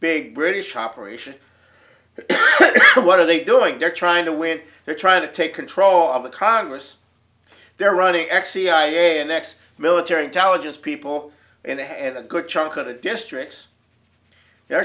big british operation but what are they doing they're trying to win they're trying to take control of the congress they're running actually i am ex military intelligence people and i have a good chunk of the districts